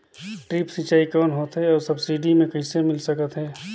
Drip सिंचाई कौन होथे अउ सब्सिडी मे कइसे मिल सकत हे?